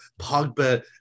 Pogba